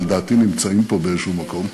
שלדעתי נמצאים פה באיזה מקום,